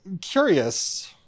curious